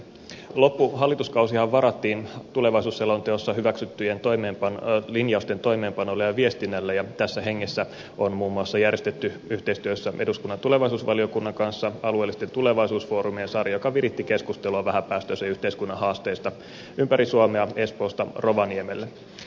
loppuhallituskausihan varattiin tulevaisuusselonteossa hyväksyttyjen linjausten toimeenpanolle ja viestinnälle ja tässä hengessä on muun muassa järjestetty yhteistyössä eduskunnan tulevaisuusvaliokunnan kanssa alueellisten tulevaisuusfoorumien sarja joka viritti keskustelua vähäpäästöisen yhteiskunnan haasteista ympäri suomea espoosta rovaniemelle